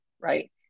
right